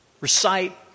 recite